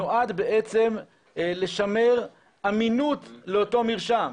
נועד בעצם לשמר אמינות לאותו מרשם.